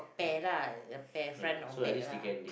a pair lah a pair lah front or back lah